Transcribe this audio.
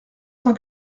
cent